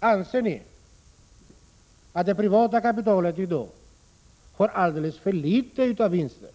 Anser ni att privatkapitalet i dag ger alldeles för litet av vinster